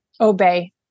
Obey